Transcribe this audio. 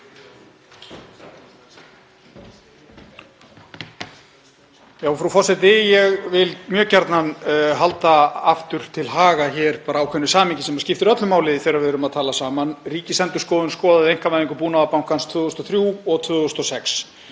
Frú forseti. Ég vil mjög gjarnan halda aftur til haga hér ákveðnu samhengi sem skiptir öllu máli þegar við erum að tala saman. Ríkisendurskoðun skoðaði einkavæðingu Búnaðarbankans 2003 og 2006